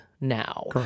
now